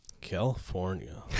California